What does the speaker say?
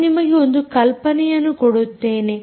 ನಾನು ನಿಮಗೆ ಒಂದು ಕಲ್ಪನೆಯನ್ನು ಕೊಡುತ್ತೇನೆ